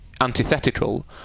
antithetical